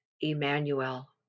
Emmanuel